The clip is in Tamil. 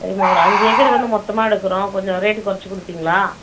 சரிம்மா ஒரு அஞ்சு ஏக்கர் வந்து மொத்தமாக எடுக்கிறோம் கொஞ்சம் ரேட்டு குறைச்சி கொடுப்பீங்ளா